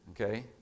Okay